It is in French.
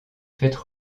fêtes